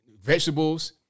Vegetables